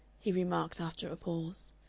he remarked after a pause.